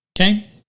okay